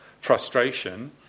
frustration